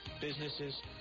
businesses